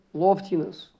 loftiness